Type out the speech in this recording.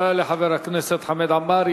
תודה לחבר הכנסת חמד עמאר.